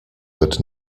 wird